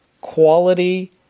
quality